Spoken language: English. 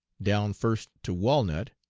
down first to walnut,